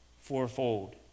fourfold